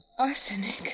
Arsenic